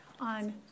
on